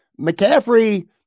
McCaffrey